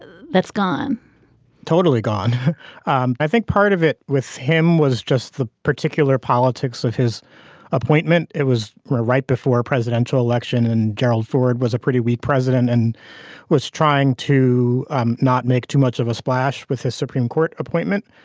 that's gone totally gone um i think part of it with him was just the particular politics of his appointment. it was right before a presidential election and gerald ford was a pretty weak president and was trying to um not make too much of a splash with a supreme court appointment.